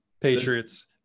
Patriots